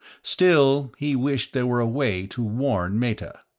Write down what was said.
still, he wished there were a way to warn meta.